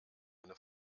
eine